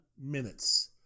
minutes